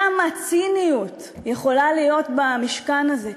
כמה ציניות יכולה להיות במשכן הזה?